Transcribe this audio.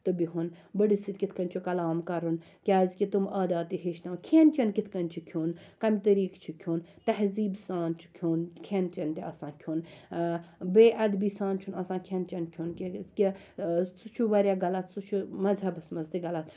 تہٕ بِہُن بٔرِس سۭتۍ کِتھ کنۍ چھُ کَلام کَرُن کیازکہِ تِم عادات تہِ ہیٚچھناو کھیٚن چیٚن کِتھ کنۍ چھُ کھیٚون کمہِ طٔریقہٕ چھُ کھیٚون تہذیٖب سان چھُ کھیٚون کھیٚن چیٚن تہِ آسان کھیٚون بےاَدبی سان چھُ نہٕ آسان کھیٚن چیٚن کھیٚون کینٛہہ سُہ چھُ واریاہ غَلَط سُہ چھُ مَذہبَس مَنٛز تہِ غَلَط